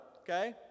okay